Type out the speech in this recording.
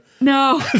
No